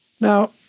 Now